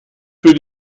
für